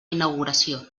inauguració